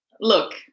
look